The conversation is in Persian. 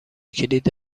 کلید